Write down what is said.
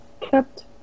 kept